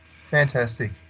Fantastic